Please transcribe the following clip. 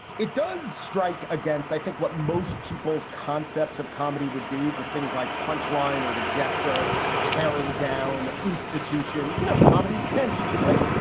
it does strike against, i think, what most people's concepts of comedy would be, just things like punch line or the jester tearing down institutions. you know, comedy is tension, right?